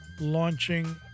launching